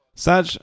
Saj